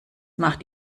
macht